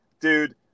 Dude